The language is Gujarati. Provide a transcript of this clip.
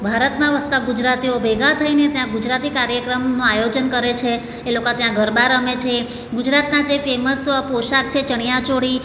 ભારતમાં વસતા ગુજરાતીઓ ભેગાં થઈને ત્યાં ગુજરાતી કાર્યક્રમનો આયોજન કરે છે એ લોકો ત્યાં ગરબા રમે છે ગુજરાતનાં જે ફેમસ પોષાક છે ચણિયાચોળી